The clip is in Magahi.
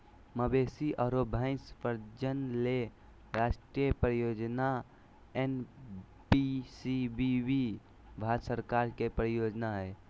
मवेशी आरो भैंस प्रजनन ले राष्ट्रीय परियोजना एनपीसीबीबी भारत सरकार के परियोजना हई